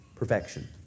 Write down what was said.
Perfection